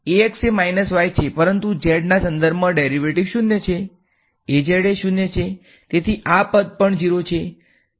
એ y છે પરંતુ z ના સંદર્ભમાં ડેરીવેટીવ 0 છે એ 0 છે તેથી આ પદ પણ 0 છે